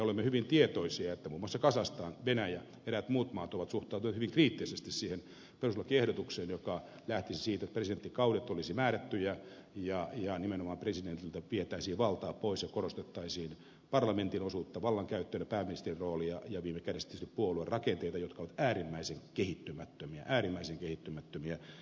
olemme hyvin tietoisia että muun muassa kazakstan venäjä ja eräät muut maat ovat suhtautuneet hyvin kriittisesti siihen perustuslakiehdotukseen joka lähtisi siitä että presidenttikaudet olisivat määrättyjä ja nimenomaan presidentiltä vietäisiin valtaa pois ja korostettaisiin parlamentin osuutta vallan käyttäjänä pääministerin roolia ja viime kädessä tietysti puoluerakenteita jotka ovat äärimmäisen kehittymättömiä äärimmäisen kehittymättömiä